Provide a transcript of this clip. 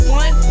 one